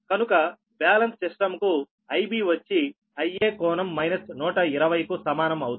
కనుక balance system కు Ib వచ్చి Ia కోణం 120 కు సమానం అవుతుంది